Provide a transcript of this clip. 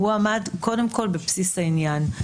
עמד בבסיס העניין.